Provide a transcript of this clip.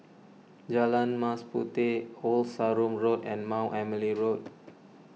Jalan Mas Puteh Old Sarum Road and Mount Emily Road